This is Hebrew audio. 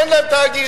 אין להם תאגיד.